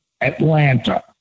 Atlanta